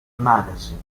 magazine